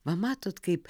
va matot kaip